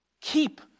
keep